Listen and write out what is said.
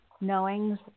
knowings